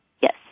Yes